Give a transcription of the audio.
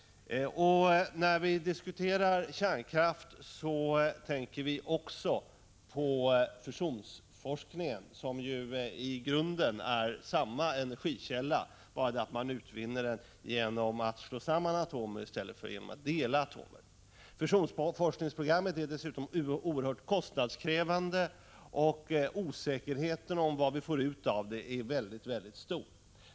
När vi diskuterar kärnkraft tänker vi också på fusionsforskning, som ju i grunden handlär om samma energikälla. Den energin utvinner man genom att slå samman atomer i stället för att dela atomer. Fusionsforskningsprogrammet är dessutom oerhört kostnadskrävande, och osäkerheten om vad vi får ut av det är mycket stor.